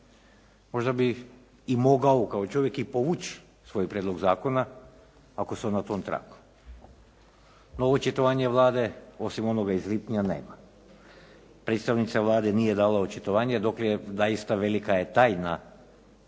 možda bih i mogao kao čovjek i povući svoj prijedlog zakona ako sam na tom tragu. No očitovanja Vlade osim onoga iz lipnja nema. Predstavnica Vlade nije dala očitovanje dokle, zaista velika je tajna